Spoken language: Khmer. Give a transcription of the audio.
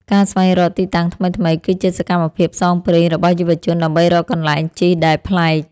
ការស្វែងរកទីតាំងថ្មីៗ គឺជាសកម្មភាពផ្សងព្រេងរបស់យុវជនដើម្បីរកកន្លែងជិះដែលប្លែក។